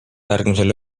järgmisel